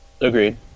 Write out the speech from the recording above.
Agreed